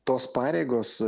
tos pareigos